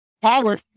Power